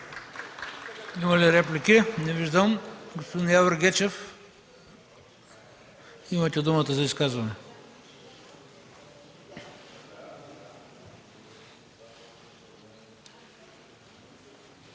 Има ли реплики? Не виждам. Господин Явор Гечев, имате думата за изказване.